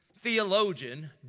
theologian